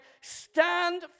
Stand